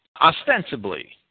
Ostensibly